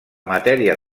matèria